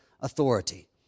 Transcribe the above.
authority